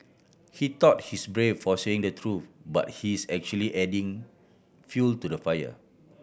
he thought he's brave for saying the truth but he's actually adding fuel to the fire